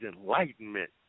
enlightenment